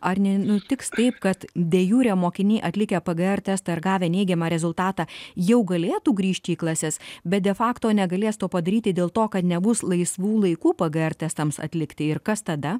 ar nenutiks taip kad de jure mokiniai atlikę pgr testą ir gavę neigiamą rezultatą jau galėtų grįžti į klases bet de fakto negalės to padaryti dėl to kad nebus laisvų laikų pgr testams atlikti ir kas tada